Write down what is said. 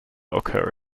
occur